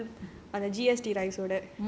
ஆனா இப்ப அதான்:aana ippo athaan